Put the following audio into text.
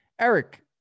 Eric